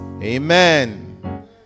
Amen